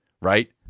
right